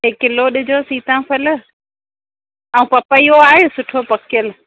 ही किलो ॾिजो सीताफ़ल ऐं पपैयो आहे सुठो पकियल